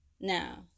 Now